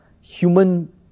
human